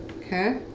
Okay